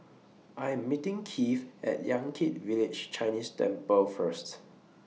I Am meeting Keith At Yan Kit Village Chinese Temple First